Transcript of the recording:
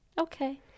Okay